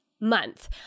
Month